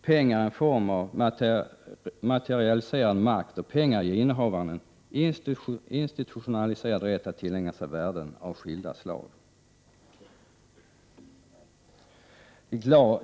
Pengar är en form av materialiserad makt, och pengar ger innehavaren en institutionaliserad rätt att tillägna sig värden av skilda slag.